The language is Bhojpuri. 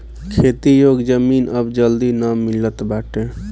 खेती योग्य जमीन अब जल्दी ना मिलत बाटे